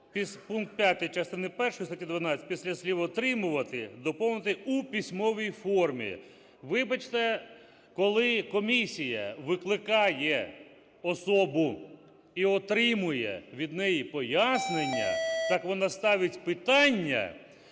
Пункт 5 частини першої статті 12 після слів "отримувати" доповнити "у письмовій формі". Вибачте, коли комісія викликає особу і отримує від неї пояснення, так вона ставить питання